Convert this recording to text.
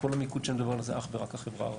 כל המיקוד שאני מדבר עליו זה אך ורק החברה הערבית.